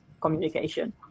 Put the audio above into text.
communication